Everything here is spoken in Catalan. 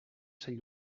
sant